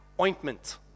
ointment